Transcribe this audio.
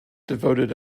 devoted